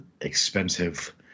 expensive